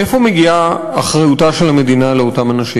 מאיפה מגיעה אחריותה של המדינה לאותם אנשים?